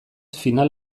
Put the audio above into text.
final